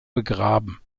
begraben